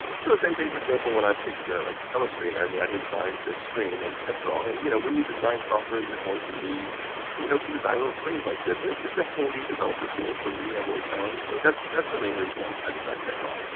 so, the same thing for example with i pick the like the color screen. i mean i designed this screen in and petdraw. and you know when you design software, you're going to need you know to design little screens like this. and it's just a handy developer tool for me, i've always found. so that's that's the main reason um i designed petdraw.